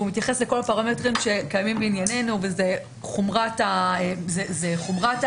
והוא מתייחס לכל הפרמטרים שקיימים לענייננו: חומרת העבירה,